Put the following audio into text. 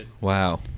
Wow